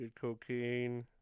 cocaine